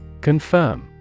Confirm